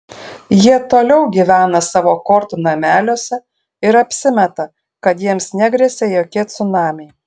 jie toliau gyvena savo kortų nameliuose ir apsimeta kad jiems negresia jokie cunamiai